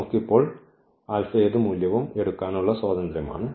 നമുക്ക് ഇപ്പോൾ ആൽഫ ഏതു മൂല്യവും എടുക്കാനുള്ള ഉള്ള സ്വാതന്ത്ര്യമാണ്